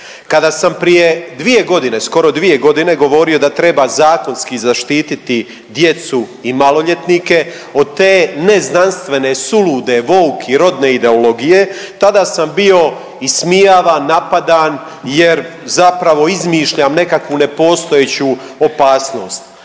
Kada sam prije 2.g., skoro 2.g. govorio da treba zakonski zaštititi djecu i maloljetnike od te neznanstvene, sulude, vouk i rodne ideologije tada sam bio ismijavan, napadan jer zapravo izmišljam nekakvu nepostojeću opasnost,